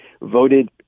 voted